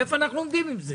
איפה אנחנו עומדים עם זה?